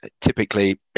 typically